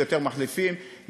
יותר מחלפים,